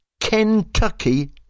Kentucky